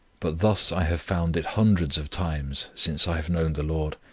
but thus i have found it hundreds of times since i have known the lord.